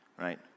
right